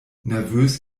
nervös